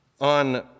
on